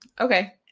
Okay